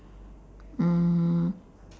mm